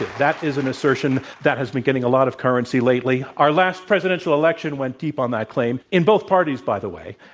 that is an assertion that has been getting a lot of currency lately. our last presidential election went deep on that claim, in both parties, by the way.